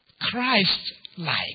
Christ-like